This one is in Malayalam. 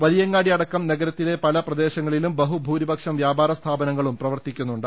വലിയങ്ങാടി അടക്കം നഗരത്തിലെ പല പ്രദേശങ്ങളിലും ബഹുഭൂരിപക്ഷം വ്യാപാര സ്ഥാപനങ്ങളും തുറന്നുപ്രവർത്തിക്കുന്നുണ്ട്